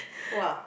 !woah!